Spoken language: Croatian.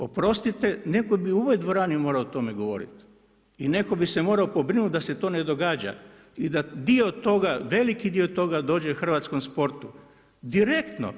Oprostite, neko bi u ovoj dvorani morao o tome govoriti i neko bi se morao pobrinuti da se to ne događa i da veliki dio toga dođe hrvatskom sportu, direktno.